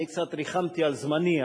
אני קצת ריחמתי על זמני.